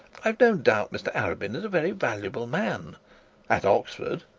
i've no doubt mr arabin is a very valuable man at oxford,